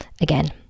again